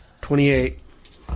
Twenty-eight